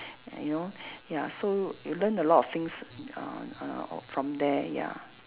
you know ya so you learn a lot of things uh uh from there ya